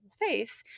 face